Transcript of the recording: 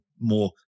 more